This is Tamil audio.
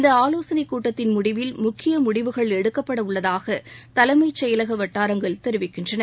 இந்த ஆலோசனைக் கூட்டத்தின் முடிவில் முக்கிய முடிவுகள் எடுக்கப்பட உள்ளதாக தலைமை செயலக வட்டாரங்கள் தெரிவிக்கின்றன